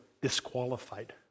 disqualified